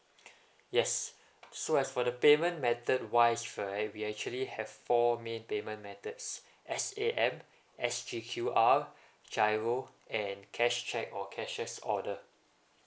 yes so as for the payment method wise right we actually have four main payment methods S_A_M S_G_Q_R GIRO and cash cheque or cashier's order